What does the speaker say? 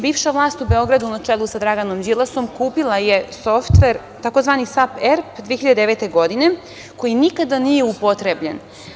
Bivša vlast u Beogradu na čelu sa Draganom Đilasom kupila je softver, tzv. SAP ERP 2009. godine, koji nikada nije upotrebljen.